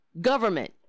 government